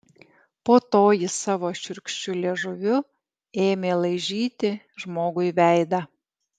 po to jis savo šiurkščiu liežuviu ėmė laižyti žmogui veidą